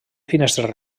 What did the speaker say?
finestres